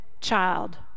child